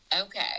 Okay